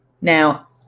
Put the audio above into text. now